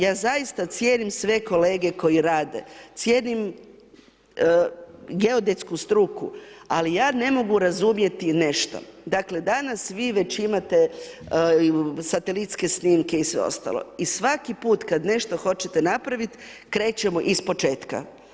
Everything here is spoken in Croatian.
Ja zaista cijenim sve kolege koji rade, cijenim geodetsku struku, ali ja ne mogu razumjeti nešto, dakle, danas vi već imate satelitske snimke i sve ostalo i svaki put kad hoćete nešto napraviti, krećemo iz početka.